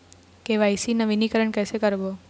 KYC नवीनीकरण कैसे करबो?